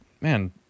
man